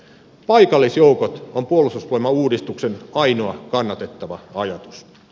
paikallisjoukot ovat puolustusvoimauudistuksen ainoa kannatettava ajatus